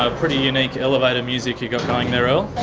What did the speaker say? ah pretty unique elevator music you've got going there, earl.